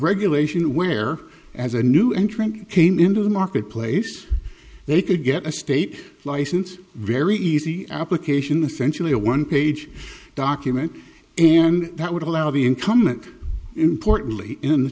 regulation where as a new entrant came into the marketplace they could get a state license very easy application essential a one page document and that would allow the incumbent importantly in the